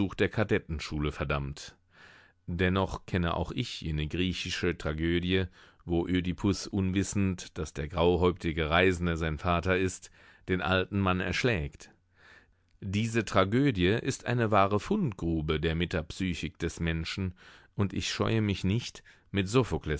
der kadettenschule verdammt dennoch kenne auch ich jene griechische tragödie wo ödypus unwissend daß der grauhäuptige reisende sein vater ist den alten mann erschlägt diese tragödie ist eine wahre fundgrube der metapsychik des menschen und ich scheue mich nicht mit